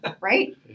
right